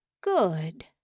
Good